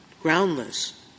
groundless